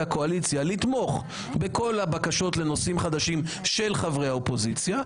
הקואליציה לתמוך בכל הבקשות לנושאים חדשים של חברי האופוזיציה.